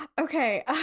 Okay